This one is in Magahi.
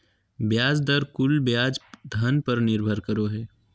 ब्याज दर कुल ब्याज धन पर निर्भर करो हइ